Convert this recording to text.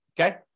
Okay